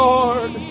Lord